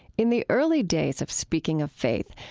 in the early days of speaking of faith,